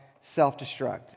self-destruct